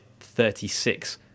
36